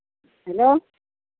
hello